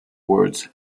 words